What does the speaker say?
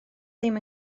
ddim